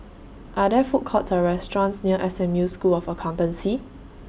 Are There Food Courts Or restaurants near S M U School of Accountancy